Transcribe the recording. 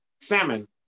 Salmon